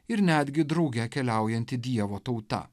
ir netgi drauge keliaujanti dievo tauta